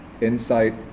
insight